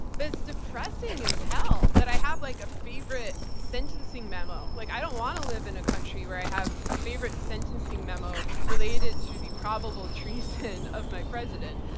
but depressing as hell that i have like a favorite sentencing memo. like i don't want to live in a country where i have a favorite sentencing memo related to the probable treason of my president,